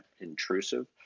intrusive